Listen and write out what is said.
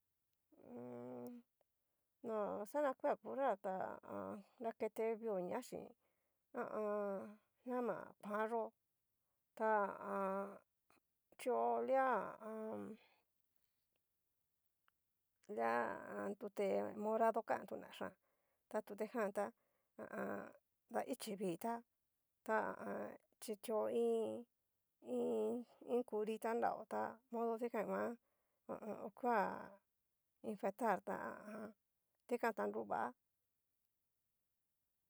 Mmm no xana kua cural tá nakete vioña xhín, ha a an. ñama kuan yó, ta ha a an. chio lia ha a an. lia ha a an, tute morado kan tuna xhian, ta tutejan tá, ha a an daichi vita ta ha a an. chitio iin, iin curita nrao, ta modo dikan nguan o koa infectar tá ha a an, dikan tá nruvá'a.